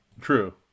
True